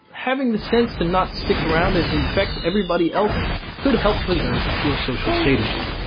having the sense to not stick around and infect everybody else could help preserve your social status.